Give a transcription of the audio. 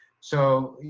so,